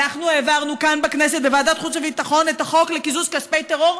אנחנו העברנו כאן בכנסת בוועדת החוץ והביטחון את החוק לקיזוז כספי טרור,